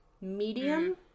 medium